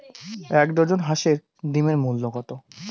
এক ডজন হাঁসের ডিমের মূল্য কত?